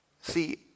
See